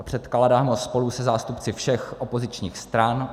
Předkládám ho spolu se zástupci všech opozičních stran.